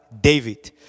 David